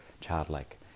childlike